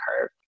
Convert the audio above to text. curve